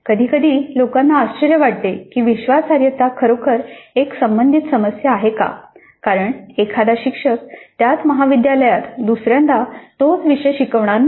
कधीकधी लोकांना आश्चर्य वाटते की विश्वासार्हता खरोखर एक संबंधित समस्या आहे का कारण एखादा शिक्षक त्याच महाविद्यालयात दुसऱ्यादा तोच विषय शिकवणार नाही